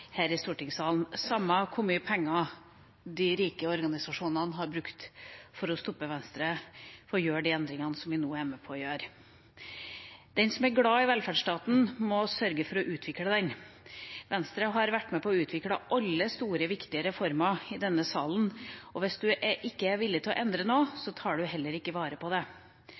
her i stortingssalen for det vi står for, samme hvor mye penger de rike organisasjonene har brukt for å stoppe Venstre i å gjøre de endringene vi nå er med på. Den som er glad i velferdsstaten, må sørge for å utvikle den. Venstre har vært med på å utvikle alle store, viktige reformer i denne salen, og hvis man ikke er villig til å endre noe,